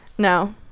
No